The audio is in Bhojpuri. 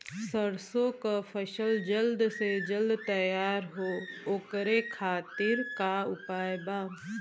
सरसो के फसल जल्द से जल्द तैयार हो ओकरे खातीर का उपाय बा?